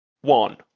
One